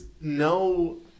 no